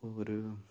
ਹੋਰ